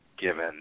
given